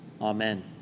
Amen